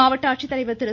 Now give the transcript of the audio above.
மாவட்ட ஆட்சித்தலைவர் திரு